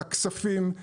לכספים,